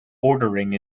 ordering